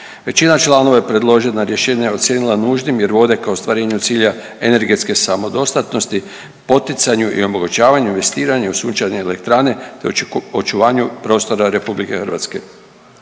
Većina članova je predložena rješenja ocijenila nužnim jer vode ka ostvarivanju cilja energetske samodostatnosti, poticanju i omogućavanju investiranja u sunčane elektrane, te očuvanju prostora RH.